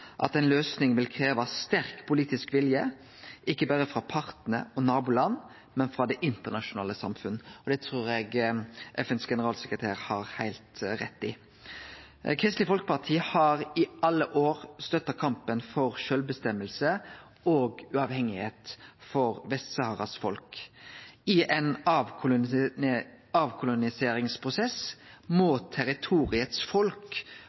at ei løysing vil krevje sterk politisk vilje, ikkje berre frå partane og naboland, men frå det internasjonale samfunnet. Det trur eg FNs generalsekretær har heilt rett i. Kristeleg Folkeparti har i alle år støtta kampen for sjølvstyre og uavhengigheit for Vest-Saharas folk. I ein